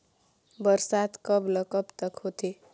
बरसात कब ल कब तक होथे?